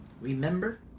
Remember